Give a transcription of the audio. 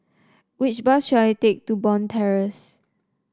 which bus should I take to Bond Terrace